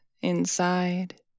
inside